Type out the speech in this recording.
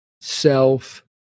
self